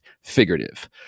figurative